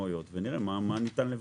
המשמעויות ונראה מה ניתן לבצע.